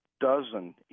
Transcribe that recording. dozen